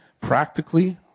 practically